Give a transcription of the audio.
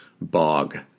bog